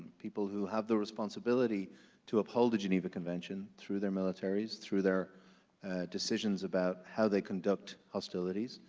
people who have the responsibility to uphold the geneva convention through their militaries, through their decisions about how they conduct hostilities,